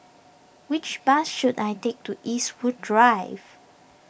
which bus should I take to Eastwood Drive